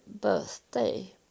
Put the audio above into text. birthday